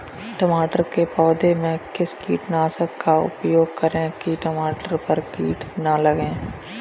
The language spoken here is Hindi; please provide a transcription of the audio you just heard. टमाटर के पौधे में किस कीटनाशक का उपयोग करें कि टमाटर पर कीड़े न लगें?